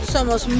Somos